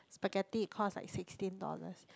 spaghetti it cost like sixteen dollars